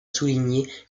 souligner